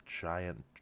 giant